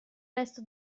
resto